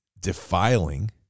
defiling